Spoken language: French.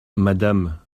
madame